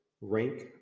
rank